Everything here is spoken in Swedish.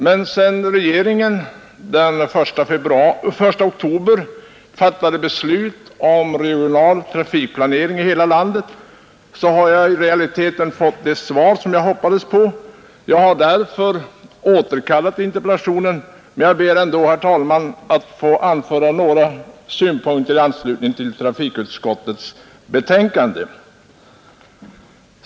Men sedan regeringen den 1 oktober fattade beslut om regional trafikplanering i hela landet har jag i realiteten fått det svar som jag hoppades på. Jag har därför återkallat interpellationen, men ber ändå, herr talman, att få anföra några synpunkter i anslutning till trafikutskottets betänkande.